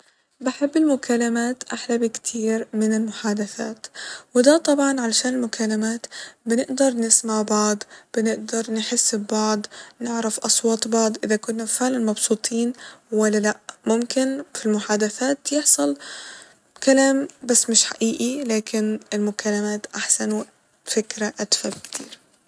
بحب المكالمات احلى بكتير من المحادثات وده طبعا علشان المكالمات بنقدر نسمع بعض ، بنقدر نحس ببعض ، نعرف أًصوات بعض ، اذا كنا فعلا مبسوطين ولا لا ، ممكن في المحادثات يحصل كلام بس مش حقيقي لكن المكالمات احسن وفكرة ادفى بكتير